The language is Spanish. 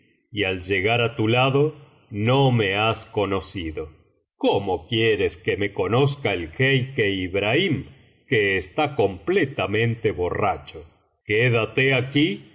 y al llegar á tu laclo no me has conocido cómo quieres que me conozca el jeique ibrahim que está completamente borracho quédate aquí